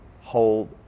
hold